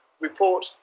report